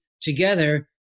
together